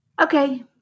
Okay